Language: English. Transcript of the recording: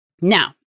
Now